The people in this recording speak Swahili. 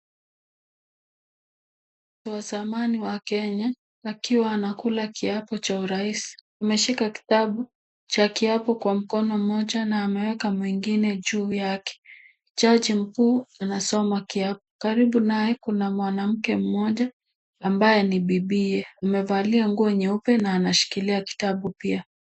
Wa zamani wa kenya akiwa anakula kiapo cha urais. Ameshika kitabu cha kiapo kwa mkono mmoja na ameweka mwingine juu yake. Jaji mku anasoma kiapo. Karibu naye kuna mnanamke mmoja ambaye ni bibiye. Amevalia nguo nyeupe na anashikilia kitabu pia.